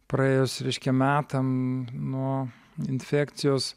praėjus reiškia metam nuo infekcijos